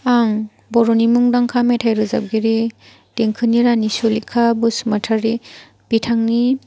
आं बर'नि मुंदांखा मेथाइ रोजाबगिरि देंखोनि रानि सुलेखा बसुमतारी बिथांनि